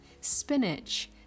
spinach